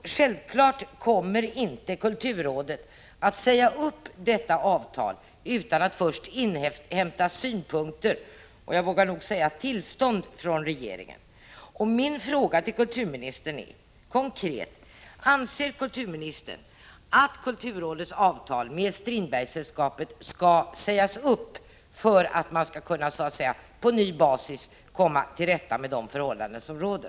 Kulturrådet kommer inte att säga upp detta avtal utan att först inhämta synpunkter, och jag vågar nog säga tillstånd från regeringen. Min fråga till kulturministern är konkret: Anser kulturministern att kulturrådets avtal med Strindbergssällskapet skall sägas upp för att man skall på ny basis komma till rätta med de förhållanden som råder?